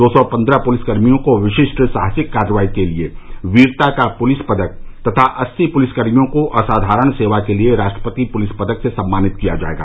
दो सौ पन्द्रह पुलिसकर्मियों को विशिष्ट साहसिक कार्रवाई के लिए वीरता का पुलिस पदक तथा अस्सी पुलिसकर्मियों को असाधारण सेवा के लिए राष्ट्रपति पुलिस पदक से सम्मानित किया जायेगा